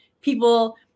people